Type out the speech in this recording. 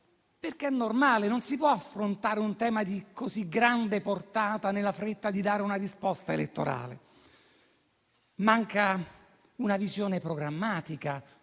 perché non si può affrontare un tema di così grande portata nella fretta di dare una risposta elettorale. Manca una visione programmatica.